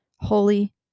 Holy